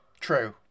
True